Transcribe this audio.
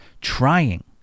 trying